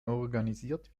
organisiert